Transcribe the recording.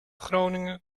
groningen